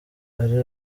ari